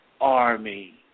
army